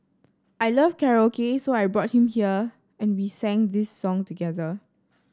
I love karaoke so I brought him there and we sang this song together